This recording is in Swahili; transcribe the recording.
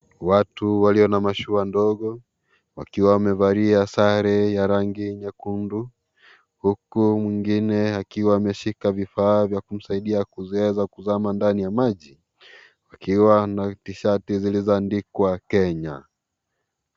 Watu walio na mashua ndogo wakiwa wamevalia sare ya rangi nyekundu huku mwingine akiwa ameshika vifaa vya kumsaidia kuweza kuzama ndani ya maji akiwa na t-shati zilizoandikwa Kenya.